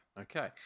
Okay